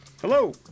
Hello